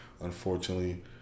unfortunately